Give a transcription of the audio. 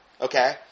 Okay